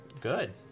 good